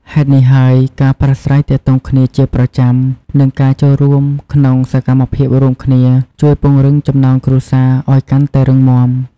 ហេតុនេះហើយ ការប្រាស្រ័យទាក់ទងគ្នាជាប្រចាំ និងការចូលរួមក្នុងសកម្មភាពរួមគ្នាជួយពង្រឹងចំណងគ្រួសារឲ្យកាន់តែរឹងមាំ។